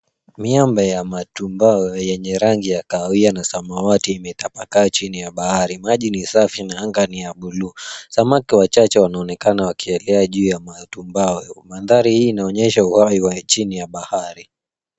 Miamba ya matumbao yenye rangi ya kahawia na samawati imetapakaa chini ya bahari. Maji ni safi na anga ni ya bluu. Samaki wachache wanaonekana wakielea juu ya matumbao. Mandhari hii inaonyesha uhai wa chini ya bahari.